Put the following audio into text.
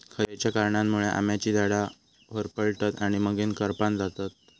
खयच्या कारणांमुळे आम्याची झाडा होरपळतत आणि मगेन करपान जातत?